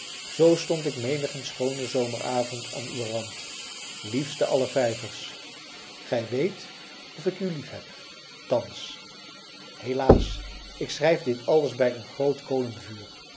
zoo stond ik menigen schoonen zomeravond aan uwen rand liefste aller vijvers gij weet of ik u liefheb thans helaas ik schrijf dit alles bij een groot kolenvuur